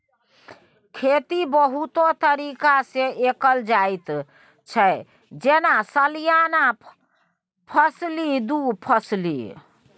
खेती बहुतो तरीका सँ कएल जाइत छै जेना सलियाना फसली, दु फसली